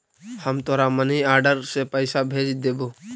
हम तोरा money order से पइसा भेज देबो